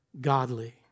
godly